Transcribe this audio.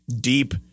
deep